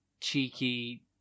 cheeky